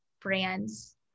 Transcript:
brands